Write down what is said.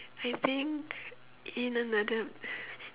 I think in another